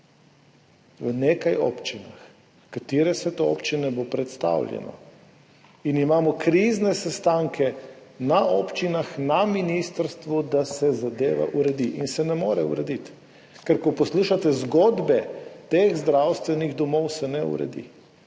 V nekaj občinah. Katere so te občine, bo predstavljeno. In imamo krizne sestanke na občinah, na ministrstvu, da se zadeva uredi. In se ne more urediti, ker ko poslušate zgodbe teh zdravstvenih domov, se ne uredi,